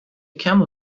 camel